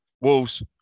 Wolves